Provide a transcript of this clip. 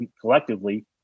collectively